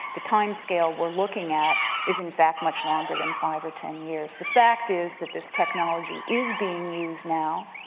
the timescale we're looking at is in fact much longer than five or ten years. the fact is that this technology is being used now.